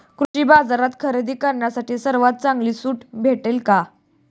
कृषी बाजारात खरेदी करण्यासाठी सर्वात चांगली सूट भेटेल का?